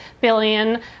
billion